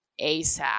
ASAP